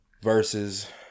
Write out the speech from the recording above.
versus